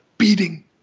Beating